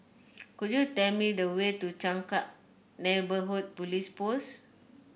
could you tell me the way to Changkat Neighbourhood Police Post